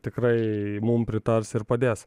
tikrai mum pritars ir padės